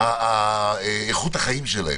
הסדרת איכות החיים שלהם.